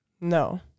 No